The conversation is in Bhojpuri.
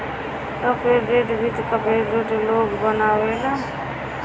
कार्पोरेट वित्त कार्पोरेट लोग बनावेला